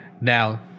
Now